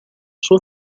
suo